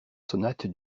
sonate